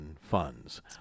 funds